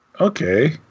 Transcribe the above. Okay